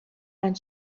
and